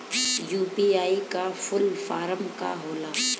UPI का full form का होला?